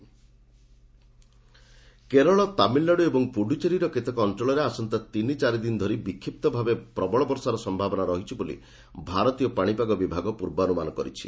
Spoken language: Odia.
ଆଇଏମ୍ଡି ଓେଦର୍ କେରଳ ତାମିଲନାଡୁ ଏବଂ ପୁଡୁଚେରୀର କେତେକ ଅଞ୍ଚଳରେ ଆସନ୍ତା ତିନି ଚାରିଦିନ ଧରି ବିକ୍ଷିପ୍ତ ଭାବେ ପ୍ରବଳ ବର୍ଷାର ସମ୍ଭାବନା ରହିଛି ବୋଲି ଭାରତୀୟ ପାଣିପାଗ ବିଭାଗ ଅନୁମାନ କରିଛି